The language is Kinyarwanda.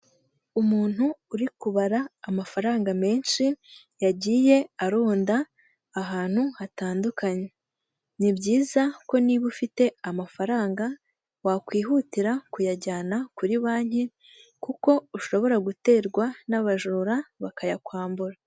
Umuntu uri kubara amafaranga menshi yagiye arunda ahantu hatandukanye, ni byiza ko niba ufite amafaranga wakwihutira kuyajyana kuri banki kuko ushobora guterwa n'abajura bakayakwambura.